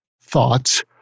thoughts